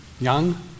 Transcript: Young